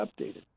updated